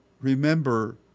remember